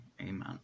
Amen